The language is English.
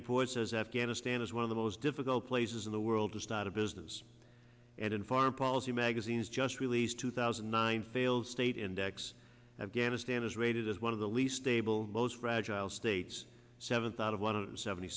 report says afghanistan is one of the most difficult places in the world to start a business and in foreign policy magazine just released two thousand and nine failed state index afghanistan is rated as one of the least stable most fragile states seventh out of one of seventy